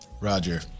Roger